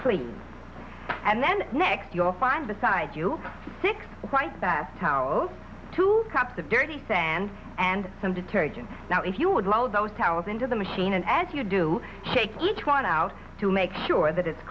clean and then next you'll find the side you six white towels two cups of dirty sand and some detergent now if you would load those towels into the machine and as you do shake each one out to make sure